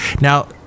Now